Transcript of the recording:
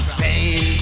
pain